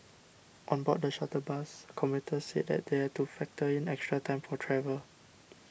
on board the shuttle bus commuters said they had to factor in extra time for travel